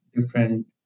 different